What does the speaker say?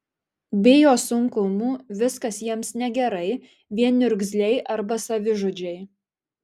bijo sunkumų viskas jiems negerai vien niurzgliai arba savižudžiai